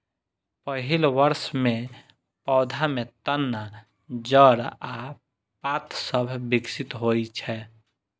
पहिल वर्ष मे पौधा मे तना, जड़ आ पात सभ विकसित होइ छै